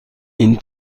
این